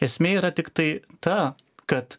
esmė yra tiktai ta kad